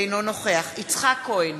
אינו נוכח יצחק כהן,